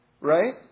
Right